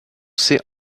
sait